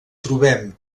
trobem